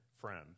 friend